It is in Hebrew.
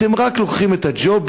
אתם רק לוקחים את הג'ובים,